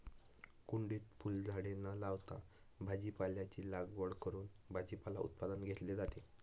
कुंडीत फुलझाडे न लावता भाजीपाल्याची लागवड करून भाजीपाला उत्पादन घेतले जाते